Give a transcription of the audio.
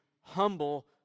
humble